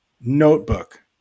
notebook